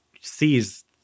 sees